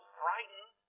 frightened